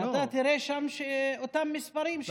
ואתה תראה שם את אותם מספרים שפרסמנו.